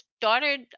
started